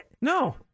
No